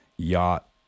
yacht